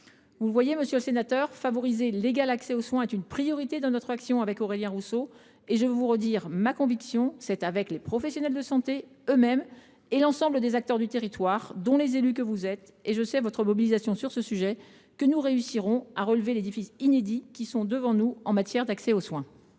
Vous le constatez, monsieur le sénateur, favoriser l’égal accès aux soins est une priorité de l’action menée par Aurélien Rousseau et moi même. Je veux vous redire ici ma conviction : c’est avec les professionnels de santé eux mêmes et avec l’ensemble des acteurs du territoire, y compris les élus dont vous êtes – je sais d’ailleurs votre mobilisation sur ce sujet –, que nous réussirons à relever les défis inédits qui sont devant nous en matière d’accès aux soins.